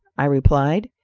i replied.